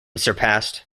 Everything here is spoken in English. surpassed